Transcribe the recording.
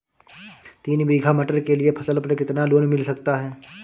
तीन बीघा मटर के लिए फसल पर कितना लोन मिल सकता है?